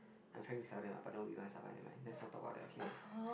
I'm trying to sell them ah but nobody wants sell but never mind let's not talk about that okay next